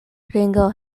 ringo